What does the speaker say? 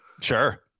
Sure